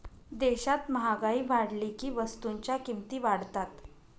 देशात महागाई वाढली की वस्तूंच्या किमती वाढतात